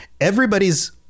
everybody's